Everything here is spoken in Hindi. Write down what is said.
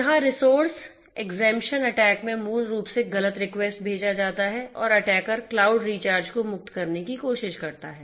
यहां रिसोर्स एक्सेम्पशन अटैक में मूल रूप से गलत रेकुएस्ट भेजा जाता है और अटैकर क्लाउड रिचार्ज को मुक्त करने की कोशिश करता है